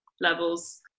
levels